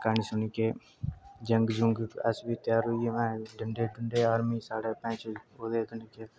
कन्ने सुनी के जंग जुंग अस बी त्यार होई गे डडें डुड़े आर्मी और्मी साढ़े बहन चोद